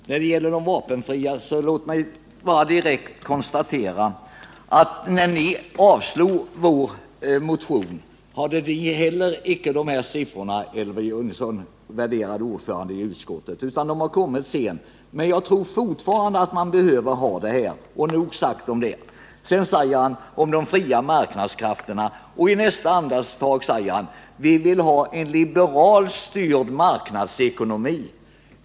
Herr talman! Beträffande de vapenfrias tjänstgöring vill jag konstatera, Elver Jonsson, att ni när ni avstyrkte vår motion inte heller hade dessa siffror. De kom sent. Nog sagt om det. Elver Jonsson pläderar för de fria marknadskrafterna, men i nästa andetag säger han att vi vill ha en liberalt styrd marknadsekonomi.